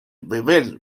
beber